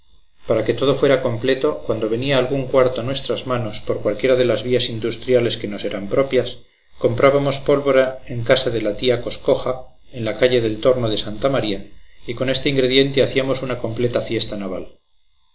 para que todo fuera completo cuando venía algún cuarto a nuestras manos por cualquiera de las vías industriales que nos eran propias comprábamos pólvora en casa de la tía coscoja de la calle del torno de santa maría y con este ingrediente hacíamos una completa fiesta naval